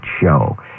show